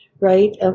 Right